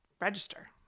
register